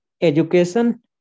Education